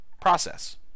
process